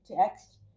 text